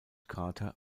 carter